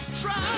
try